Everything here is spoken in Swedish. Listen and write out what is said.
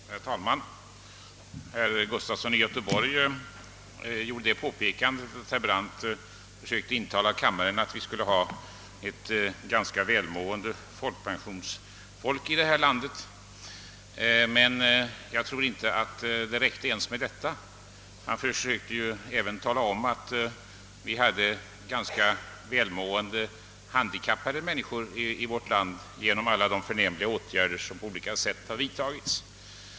Herr talman! Som herr Gustafson i Göteborg påpekade försökte herr Brandt intala kammarens ledamöter att vi skulle ha ganska välmående folkpensionärer i det här landet, men jag tror inte att det räckte ens med detta. Herr Brandt försökte också göra gällande att vi har ganska välmående handikappade människor på grund av alla de förnämliga åtgärder av olika slag som har vidtagits.